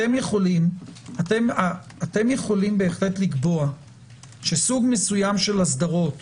אתם יכולים בהחלט לקבוע שסוג מסוים של אסדרות